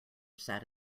sat